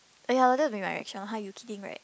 oh ya that'll be my reaction !huh! you kidding right